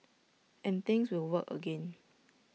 and things will work again